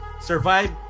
Survive